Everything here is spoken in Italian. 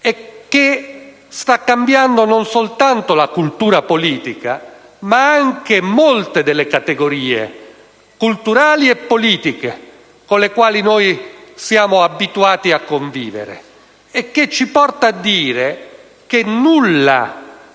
che sta cambiando non soltanto la cultura politica, ma anche molte delle categorie culturali e politiche con le quali noi siamo abituati a convivere e che ci porta a dire che nulla